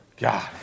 god